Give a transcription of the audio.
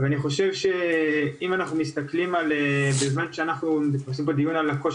אז אני חושב שאם אנחנו מסתכלים פה במהלך הדיון הזה על הקושי